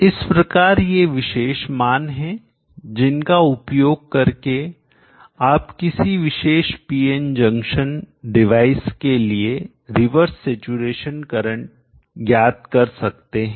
इस प्रकार ये विशेष मान हैं जिनका उपयोग करके आप किसी विशेष पीएन जंक्शन डिवाइस के लिए रिवर्स सैचुरेशन करंट ज्ञात कर सकते हैं